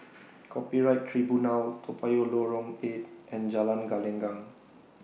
Copyright Tribunal Toa Payoh Lorong eight and Jalan Gelenggang